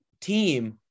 team